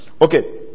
Okay